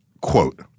quote